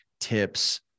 tips